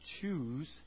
choose